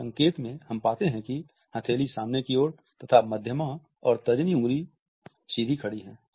इस संकेत में हम पाते हैं कि हथेली सामने की ओर तथा मध्यमा और तर्जनी अंगुलियां सीधी खड़ी है